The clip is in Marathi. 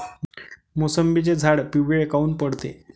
मोसंबीचे झाडं पिवळे काऊन पडते?